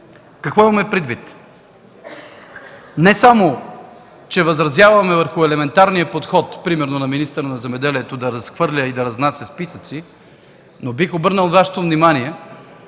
Какво имаме предвид? Не само че възразяваме върху елементарния подход, примерно на министъра на земеделието – да разхвърля и да разнася списъци. Бих обърнал Вашето внимание,